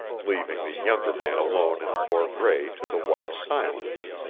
leaving the younger man alone in fort rae to the white silence.